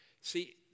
see